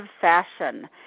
fashion